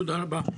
תודה רבה.